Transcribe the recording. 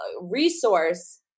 resource